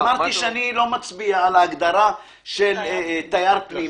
אמרתי שאני לא מצביע על ההגדרה של "תייר פנים".